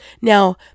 Now